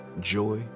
joy